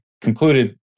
concluded